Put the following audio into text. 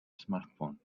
smartphone